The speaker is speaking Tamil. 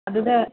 அதுதான்